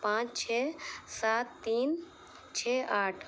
پانچ چھ سات تین چھ آٹھ